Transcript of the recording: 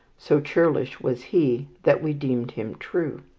so churlish was he that we deemed him true.